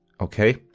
okay